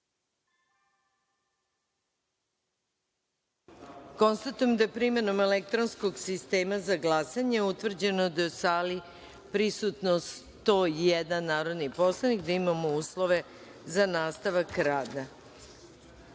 jedinice. Konstatujem da je, primenom elektronskog sistema za glasanje, utvrđeno da je u sali prisutno 101 narodni poslanik i da imamo uslove za nastavak